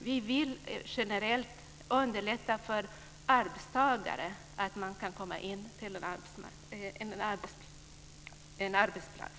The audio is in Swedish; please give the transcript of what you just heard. Vi vill generellt underlätta för arbetstagare att komma in på en arbetsplats.